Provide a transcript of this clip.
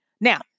Now